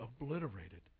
obliterated